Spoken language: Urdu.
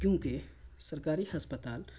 کیونکہ سرکاری ہسپتال